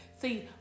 See